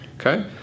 Okay